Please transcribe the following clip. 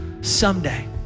someday